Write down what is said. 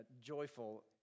joyful